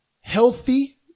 healthy